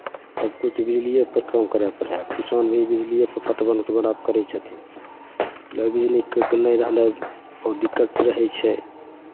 सभकिछु बिजलिएपर काम करय पड़ै हइ किसान भी बिजलिएपर पटवन उटवन आब करै छथिन इसलिए बिजलीके नहि रहनाइ खूब दिक्कतसँ रहै छै